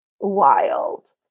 wild